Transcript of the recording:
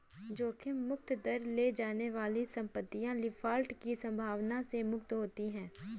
जोखिम मुक्त दर ले जाने वाली संपत्तियाँ डिफ़ॉल्ट की संभावना से मुक्त होती हैं